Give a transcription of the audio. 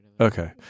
Okay